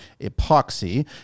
Epoxy